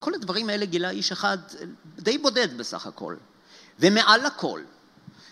כל הדברים האלה גילה איש אחד די בודד בסך הכל, ומעל לכל.